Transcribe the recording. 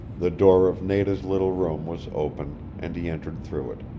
the door of nada's little room was open and he entered through it.